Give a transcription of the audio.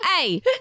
Hey